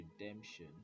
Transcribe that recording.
redemption